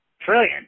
Trillion